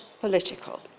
political